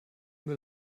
müll